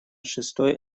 шестой